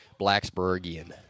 Blacksburgian